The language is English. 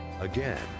Again